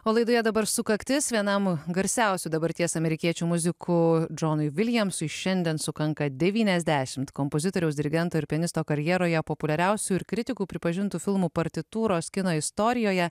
o laidoje dabar sukaktis vienam garsiausių dabarties amerikiečių muzikų džonui viljamsui šiandien sukanka devyniasdešimt kompozitoriaus dirigento ir pianisto karjeroje populiariausių ir kritikų pripažintų filmų partitūros kino istorijoje